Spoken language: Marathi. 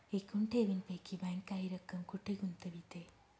एकूण ठेवींपैकी बँक काही रक्कम कुठे गुंतविते?